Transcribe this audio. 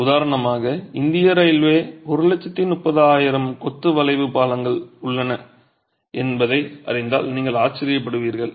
உதாரணமாக இந்திய ரயில்வேயில் 130000 கொத்து வளைவுப் பாலங்கள் உள்ளன என்பதை அறிந்தால் நீங்கள் ஆச்சரியப்படுவீர்கள்